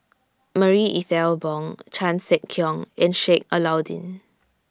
Marie Ethel Bong Chan Sek Keong and Sheik Alau'ddin